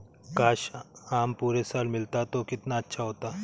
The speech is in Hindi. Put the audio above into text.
काश, आम पूरे साल मिलता तो कितना अच्छा होता